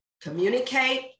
communicate